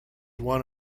one